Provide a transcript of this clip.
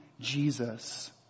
Jesus